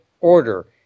order